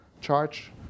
charge